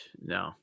No